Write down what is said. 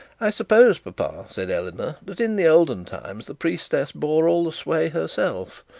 i suppose, papa said eleanor, that in the oldest times the priestess bore all the sway herself.